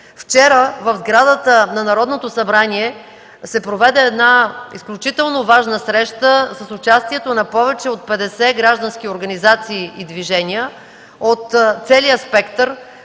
Вчера, в сградата на Народното събрание се проведе изключително важна среща с участието на повече от 50 граждански организации и движения от целия спектър,